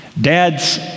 Dads